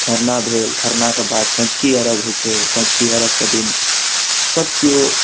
खरना भेल खरनाके बाद सँझुकी अरघ होइ छै सँझुकी अरघके दिन सब केओ